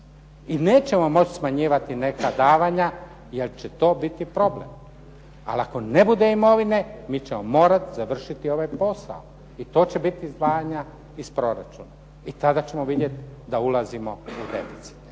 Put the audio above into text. i nećemo moći smanjivati neka davanja jer će to biti problem. Ali ako ne bude imovine mi ćemo morati završiti ovaj posao i to će biti izdvajanja iz proračuna i tada ćemo vidjeti da ulazimo u deficite.